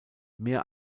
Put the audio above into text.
mehr